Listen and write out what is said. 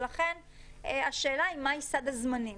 ולכן, השאלה היא מה סד הזמנים.